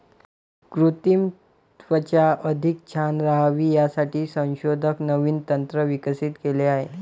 कृत्रिम त्वचा अधिक छान राहावी यासाठी संशोधक नवीन तंत्र विकसित केले आहे